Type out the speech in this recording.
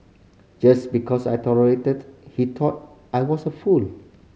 just because I tolerated he thought I was a fool